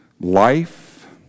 life